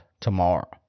tomorrow